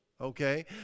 Okay